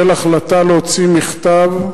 להוציא מכתב.